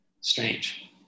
strange